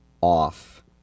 off